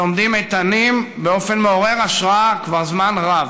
שעומדים איתנים באופן מעורר השראה כבר זמן רב.